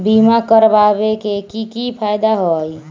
बीमा करबाबे के कि कि फायदा हई?